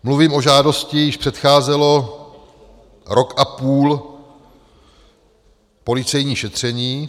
Mluvím o žádosti, jíž předcházelo rok a půl policejní šetření.